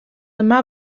yma